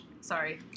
Sorry